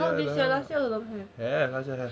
not this year last year also have